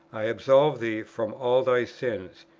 i absolve thee from all thy sins,